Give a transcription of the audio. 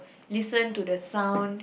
listen to the sound